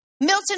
Milton